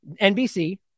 NBC